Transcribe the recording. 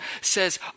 says